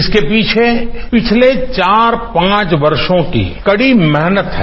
इसके पीछे पिछले चार पांच वर्षों की कड़ी मेहनत है